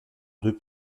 deux